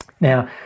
Now